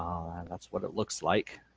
and that's what it looks like